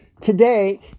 Today